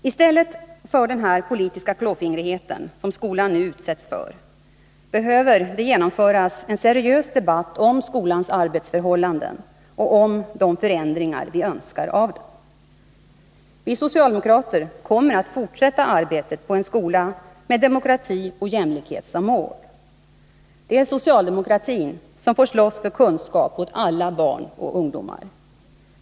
I stället för den politiska klåfingrighet som skolan nu utsätts för behövs en seriös debatt om skolans arbetsförhållanden och om önskvärda förändringar i skolan. Vi socialdemokrater kommer att fortsätta arbetet på en skola med demokrati och jämlikhet som mål. Det är socialdemokratin som får slåss för kunskaper åt alla barn och ungdomar.